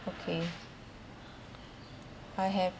okay I have